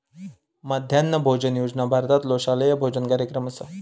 मध्यान्ह भोजन योजना भारतातलो शालेय भोजन कार्यक्रम असा